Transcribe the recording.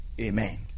Amen